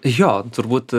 jo turbūt